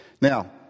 Now